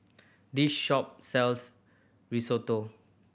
this shop sells Risotto